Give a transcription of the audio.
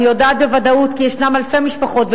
אני יודעת בוודאות כי יש אלפי משפחות,